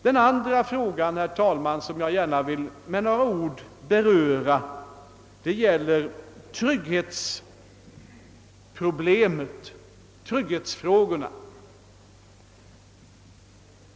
Den andra sak som jag här något vill beröra är trygghetsfrågorna.